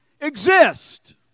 exist